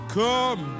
come